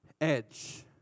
edge